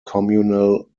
communal